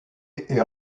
est